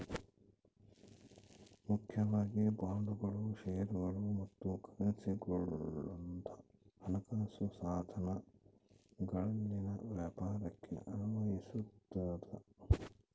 ಮುಖ್ಯವಾಗಿ ಬಾಂಡ್ಗಳು ಷೇರುಗಳು ಮತ್ತು ಕರೆನ್ಸಿಗುಳಂತ ಹಣಕಾಸು ಸಾಧನಗಳಲ್ಲಿನ ವ್ಯಾಪಾರಕ್ಕೆ ಅನ್ವಯಿಸತದ